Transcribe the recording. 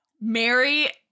mary